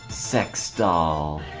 sex dolls